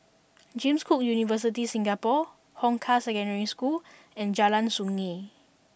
James Cook University Singapore Hong Kah Secondary School and Jalan Sungei